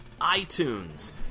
iTunes